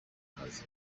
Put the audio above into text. kaza